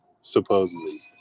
supposedly